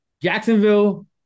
Jacksonville